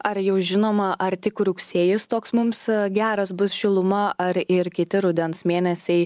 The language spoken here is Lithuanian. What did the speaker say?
ar jau žinoma ar tik rugsėjis toks mums geras bus šiluma ar ir kiti rudens mėnesiai